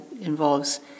involves